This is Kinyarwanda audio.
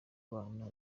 bana